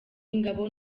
ingabo